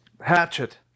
Hatchet